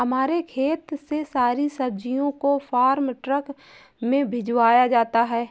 हमारे खेत से सारी सब्जियों को फार्म ट्रक में भिजवाया जाता है